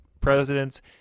presidents